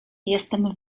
jestem